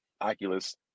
Oculus